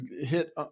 hit